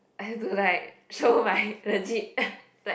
I have to like show my legit like